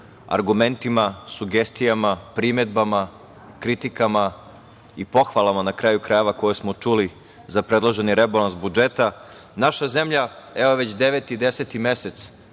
argumentima, sugestijama, primedbama, kritikama i pohvalama na kraju krajeva, koje smo čuli za predloženi rebalans budžeta. Naša zemlja evo već deveti, deseti mesec